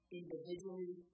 individually